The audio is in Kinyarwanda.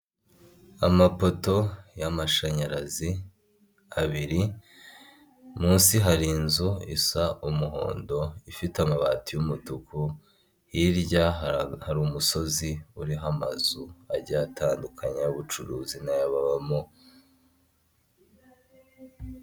Amapoto ya'amashanyarazi abiri munsi hari inzu isa umuhondo ifite amabati y'umutuku hirya hari umusozi uriho amazu agiye atandukanya ubucuruzi nayo babamo.